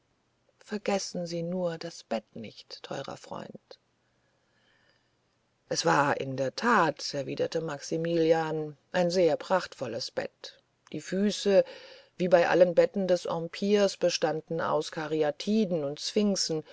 vergessen sie nur nicht das bett teurer freund es war in der tat erwiderte maximilian ein sehr prachtvolles bett die füße wie bei allen betten des empires bestanden aus karyatiden und